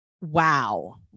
Wow